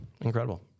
Incredible